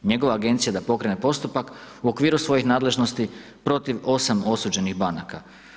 Njegova agencija da pokrene postupak u okviru svojih nadležnosti protiv 8 osuđenih banaka.